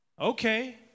Okay